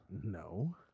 no